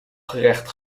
gerecht